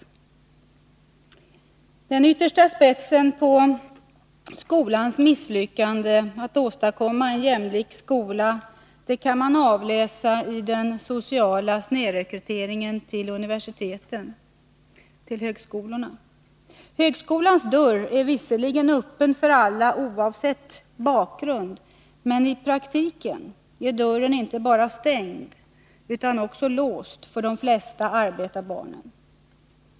137 Den yttersta spetsen på skolans misslyckande att åstadkomma en jämlik skola kan man avläsa i den sociala snedrekryteringen till universiteten och högskolorna. Högskolans dörr är visserligen öppen för alla oavsett bakgrund, men i praktiken är dörren inte bara stängd utan också låst för de flesta arbetarbarnen.